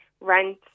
rent